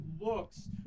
looks